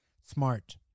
smart